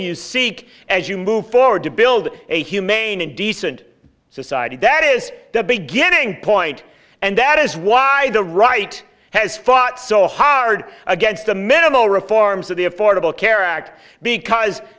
you seek as you move forward to build a humane and decent society that is the beginning point and that is why the right has fought so hard against the minimal reforms of the affordable